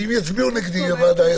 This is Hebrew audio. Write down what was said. ואם יצביעו נגדי בוועדה,